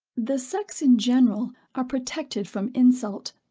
the sex, in general, are protected from insult,